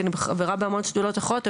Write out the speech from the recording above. כי אני חברה בהמון שדולות אחרות,